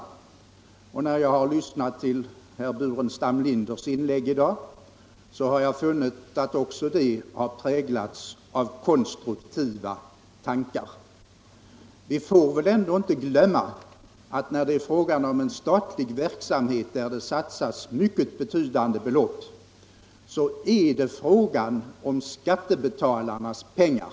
Jag har också när jag lyssnat till herr Burenstam Linders inlägg i dag funnit att de har präglats av konstruktiva tankar. Vi får väl ändå inte glömma att det gäller en statlig verksamhet, där det är fråga om mycket betydande belopp av skattebetalarnas pengar.